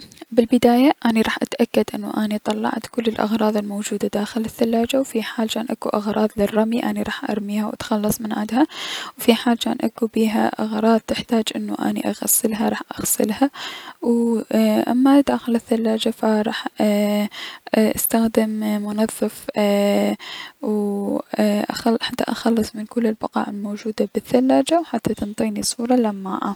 بالبداية اني راح اتأكد انو طلعت كل الأغراض الموجودة داخل الثلاجة، و في حال جان اكو اغراض للرمي اني راح ارميها و اتخلص من عدها و في حال جان اكو بيها اغراض تحتاج انو اغسلها راح اغسلها، وو اي اما داخل الثلاجة ف راح ايي- استخدم منظف ايي وو ايي- حتى اتخلص من كل البقع الموجودة داخل الثلاجة و تنطيني صورة لماعة.